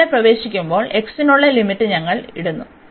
അതിനാൽ ഇവിടെ പ്രവേശിക്കുമ്പോൾ x നുള്ള ലിമിറ്റ് ഞങ്ങൾ ഇടുന്നു